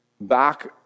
back